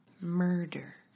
Murder